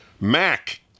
Mac